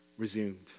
resumed